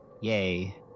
Yay